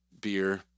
beer